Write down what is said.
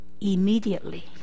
immediately